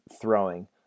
throwing